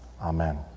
amen